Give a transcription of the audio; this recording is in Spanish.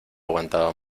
aguantado